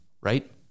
right